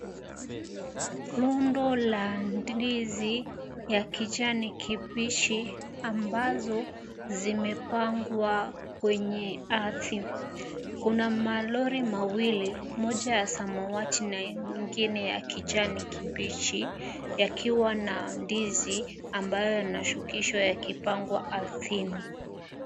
Rundo la ndizi ya kijani kibichi ambazo zimepangwa kenye ardhi kuna malori mawili moja ya samawati na ingie ya kijani kibichi yakiwa na ndizi ambayo yanashukishwa yakipangwa ardhini.